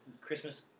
Christmas